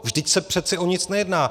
Vždyť se přeci o nic nejedná.